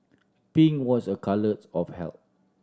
pink was a colours of health